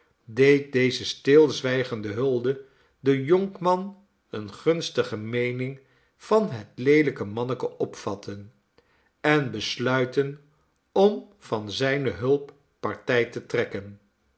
deed deze stilzwijgende hulde den jonkman eene gunstige meening van het leelijke manneke opvatten en besluiten om van zijne hulp partij te trekken